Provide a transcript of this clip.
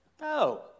No